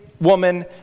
woman